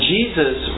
Jesus